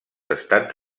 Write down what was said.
estats